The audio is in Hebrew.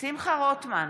שמחה רוטמן,